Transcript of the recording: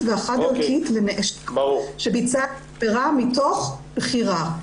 והחד-ערכית לנאשם שביצע עבירה מתוך בחירה.